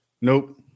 Nope